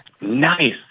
Nice